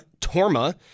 Torma